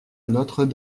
notre